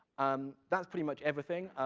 um that's pretty much everything.